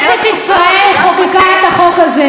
כנסת ישראל חוקקה את החוק הזה.